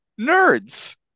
nerds